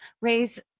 raise